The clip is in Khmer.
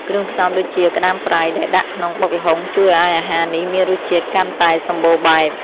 គ្រឿងផ្សំដូចជាក្តាមប្រៃដែលដាក់ក្នុងបុកល្ហុងជួយឱ្យអាហារនេះមានរសជាតិកាន់តែសម្បូរបែប។